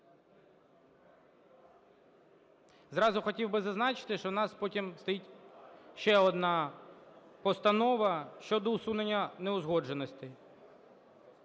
Зразу хотів би зазначити, що в нас потім стоїть ще одна постанова щодо усунення неузгодженостей.